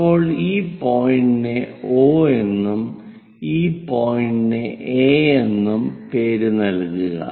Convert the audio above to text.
ഇപ്പോൾ ഈ പോയിന്റിനെ O എന്നും ഈ പോയിന്റിനെ A എന്നും പേരുനൽകുക